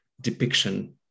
depiction